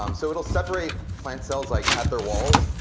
um so it'll separate plant cells like at their walls.